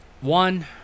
one